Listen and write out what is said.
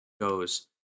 goes